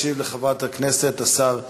ישיב לחברת הכנסת השר שטייניץ.